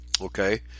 Okay